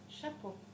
Chapeau